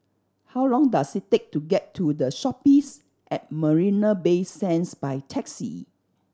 how long does it take to get to The Shoppes at Marina Bay Sands by taxi